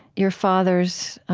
your father's